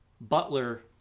Butler